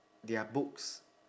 their books